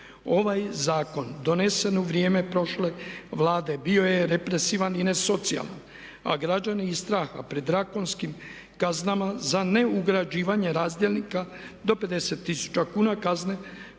Ovaj zakon donesen u vrijem prošle Vlade bio je represivan i ne socijalan a građani iz straha pred zakonskim kaznama za neugrađivanje razdjelnika do 50 tisuća kazne